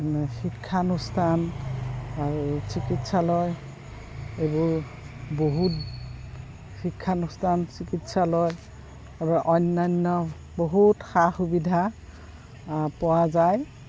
মানে শিক্ষানুষ্ঠান আৰু চিকিৎসালয় এইবোৰ বহুত শিক্ষানুষ্ঠান চিকিৎসালয় অন্যান্য বহুত সা সুবিধা পোৱা যায়